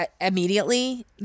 immediately